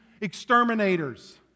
exterminators